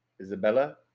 Isabella